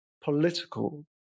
political